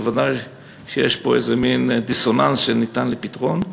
ודאי שיש פה מין דיסוננס שניתן לפתרון.